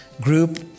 group